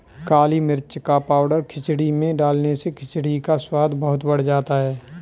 काली मिर्च का पाउडर खिचड़ी में डालने से खिचड़ी का स्वाद बहुत बढ़ जाता है